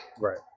right